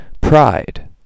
pride